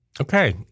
Okay